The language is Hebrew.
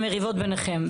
המריבות ביניכם.